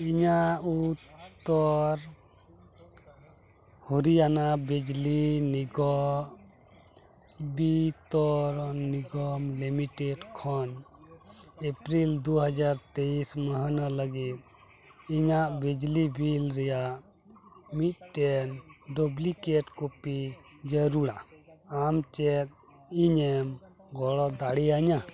ᱤᱧᱟᱹᱜ ᱩᱛᱛᱚᱨ ᱦᱚᱨᱤᱭᱟᱱᱟ ᱵᱤᱡᱽᱞᱤ ᱱᱤᱜᱚᱢ ᱵᱤᱛᱚᱨᱚᱱ ᱱᱤᱜᱚᱢ ᱞᱤᱢᱤᱴᱮᱰ ᱠᱷᱚᱱ ᱮᱯᱨᱤᱞ ᱫᱩ ᱦᱟᱡᱟᱨ ᱛᱮᱭᱤᱥ ᱢᱟᱹᱦᱱᱟᱹ ᱞᱟᱹᱜᱤᱫ ᱤᱧᱟᱹᱜ ᱵᱤᱡᱽᱞᱤ ᱵᱤᱞ ᱨᱮᱱᱟᱜ ᱢᱤᱫᱴᱮᱱ ᱰᱩᱵᱽᱞᱤᱠᱮᱴ ᱠᱚᱯᱤ ᱡᱟᱹᱨᱩᱲᱟ ᱟᱢ ᱪᱮᱫ ᱤᱧᱮᱢ ᱜᱚᱲᱚ ᱫᱟᱲᱮᱭᱟᱹᱧᱟᱹ